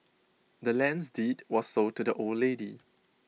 the land's deed was sold to the old lady